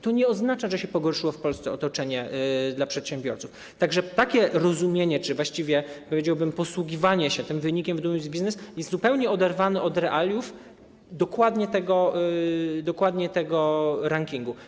To nie oznacza, że się pogorszyło w Polsce otoczenie dla przedsiębiorców, tak że takie rozumienie czy właściwie, powiedziałbym, posługiwanie się wynikiem z „Doing Business” jest zupełnie oderwane od realiów dokładnie tego rankingu.